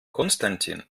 konstantin